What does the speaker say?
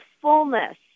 fullness